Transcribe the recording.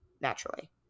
naturally